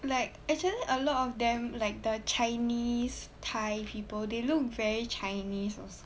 like actually a lot of them like the chinese thai people they look very chinese also